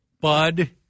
Bud